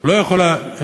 לא יכולה,